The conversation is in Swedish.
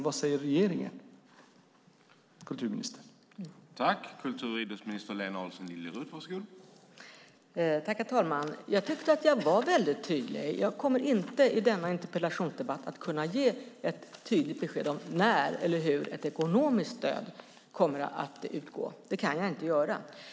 Vad säger regeringen, kulturministern?